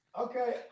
Okay